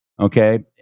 okay